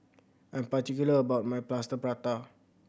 I'm particular about my Plaster Prata